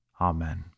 Amen